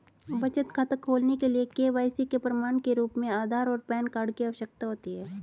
बचत खाता खोलने के लिए के.वाई.सी के प्रमाण के रूप में आधार और पैन कार्ड की आवश्यकता होती है